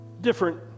different